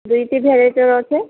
ଦୁଇଟି ଭେରାଇଟିର ଅଛେ